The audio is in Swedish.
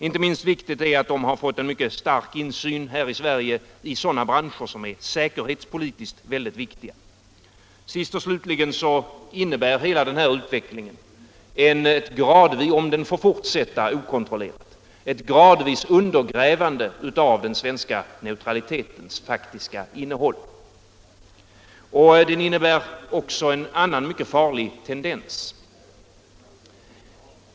Inte minst viktigt är att de har fått en mycket stark insyn här i Sverige i sådana branscher som är säkerhetspolitiskt väldigt viktiga. Sist och slutligen innebär hela denna utveckling, om den får fortsätta okontrollerat, ett gradvis undergrävande av den svenska neutralitetens faktiska innehåll. Den innebär även en annan mycket farlig tendens.